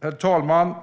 Herr talman!